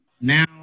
now